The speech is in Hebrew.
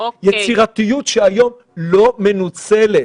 יצירתיות שהיום לא מנוצלת.